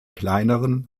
kleineren